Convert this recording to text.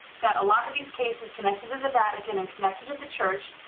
that a lot of these cases connected to the vatican, and connected to the church,